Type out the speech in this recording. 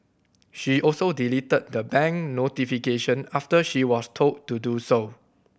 she also deleted the bank notification after she was told to do so